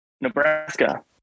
Nebraska